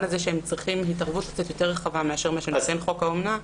הזה שהם צריכים התערבות קצת יותר רחבה מאשר מה שנותן חוק האומנה,